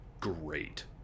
great